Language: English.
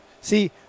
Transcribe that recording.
See